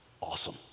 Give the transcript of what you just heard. Awesome